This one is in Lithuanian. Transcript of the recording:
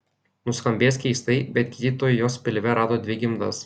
nuskambės keistai bet gydytojai jos pilve rado dvi gimdas